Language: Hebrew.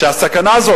כשהסכנה הזאת,